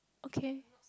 okay